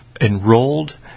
enrolled